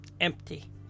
empty